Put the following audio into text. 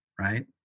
right